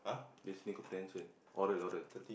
listening comprehension oral oral